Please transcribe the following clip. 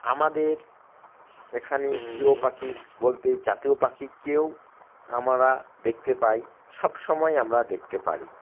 আমাদের এখানে প্রিয় পাখি বলতে জাতীয় পাখি কেউ আমরা দেখতে পাই সব সময় আমরা দেখতে পাই